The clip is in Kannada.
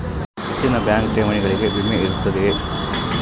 ಹೆಚ್ಚಿನ ಬ್ಯಾಂಕ್ ಠೇವಣಿಗಳಿಗೆ ವಿಮೆ ಇರುತ್ತದೆಯೆ?